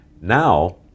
Now